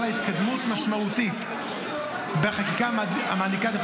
חלה התקדמות משמעותית בחקיקה המעניקה העדפה